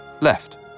left